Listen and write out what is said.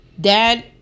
dad